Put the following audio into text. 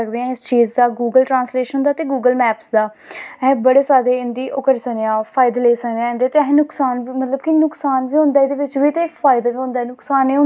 लेकिन अस अपनीं भासा दा अपनें कल्चर दा अपनें रैह्न सैह्न दा अपनें हित्त दा फैदा अस नेंई चुकदे ओह् कमी केह् ऐ कि साढ़े अन्दर थोह्ड़ी जेहीा कमी ऐ